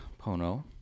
Pono